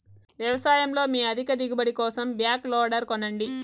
వ్యవసాయంలో మీ అధిక దిగుబడి కోసం బ్యాక్ లోడర్ కొనండి